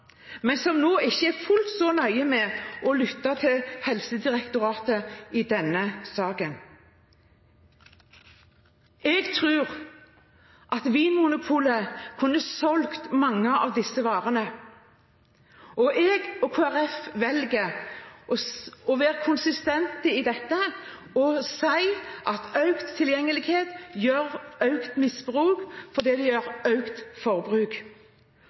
men som ikke er fullt så nøye med å lytte til Helsedirektoratet i denne saken. Jeg tror at Vinmonopolet kunne solgt mange av disse varene. Jeg og Kristelig Folkeparti velger å være konsistente i dette og si at økt tilgjengelighet gir økt misbruk fordi det gir økt forbruk.